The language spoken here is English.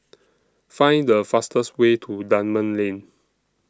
Find The fastest Way to Dunman Lane